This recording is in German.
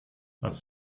was